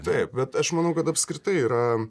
taip bet aš manau kad apskritai yra